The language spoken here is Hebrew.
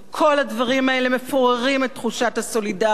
כל הדברים האלה מפוררים את תחושת הסולידריות,